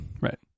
right